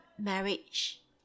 marriage